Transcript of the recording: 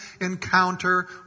encounter